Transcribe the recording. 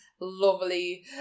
lovely